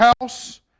house